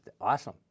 awesome